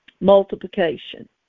Multiplication